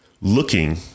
looking